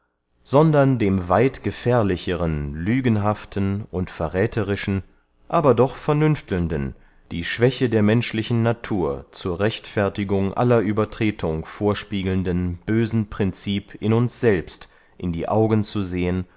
sondern dem weit gefährlicheren lügenhaften und verrätherischen aber doch vernünftelnden die schwäche der menschlichen natur zur rechtfertigung aller uebertretung vorspiegelnden bösen princip in uns selbst in die augen zu sehen